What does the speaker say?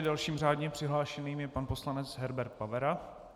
Dalším řádně přihlášeným je pan poslanec Herbert Pavera.